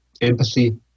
empathy